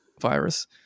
virus